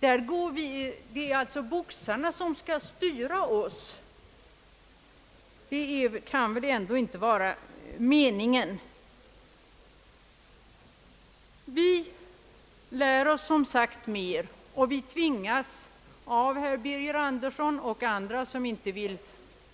Det kan väl ändå inte vara meningen att boxarna skall styra OSS? : Det är riktigt att vi tvingas av herr Birger Andersson och andra, som inte vill